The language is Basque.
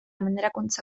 menderakuntza